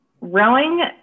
Rowing